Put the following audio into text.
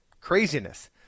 craziness